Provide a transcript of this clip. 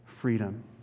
freedom